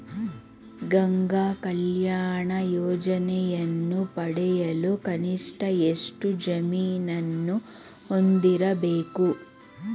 ಗಂಗಾ ಕಲ್ಯಾಣ ಯೋಜನೆಯನ್ನು ಪಡೆಯಲು ಕನಿಷ್ಠ ಎಷ್ಟು ಜಮೀನನ್ನು ಹೊಂದಿರಬೇಕು?